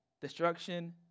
destruction